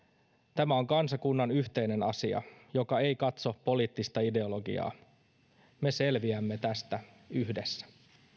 tämä on kansakunnan yhteinen asia joka ei katso poliittista ideologiaa me selviämme tästä yhdessä